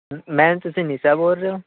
ma'am ਤੁਸੀਂ ਨਿਸ਼ਾ ਬੋਲ ਰਹੇ ਹੋ